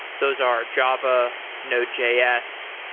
those are java, node js,